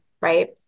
Right